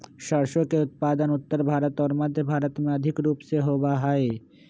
सरसों के उत्पादन उत्तर भारत और मध्य भारत में अधिक रूप से होबा हई